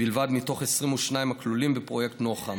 בלבד מתוך 22 הכלולים בפרויקט נוח"ם.